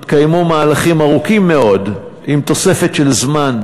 התקיימו מהלכים ארוכים מאוד, עם תוספת של זמן,